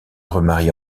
remarie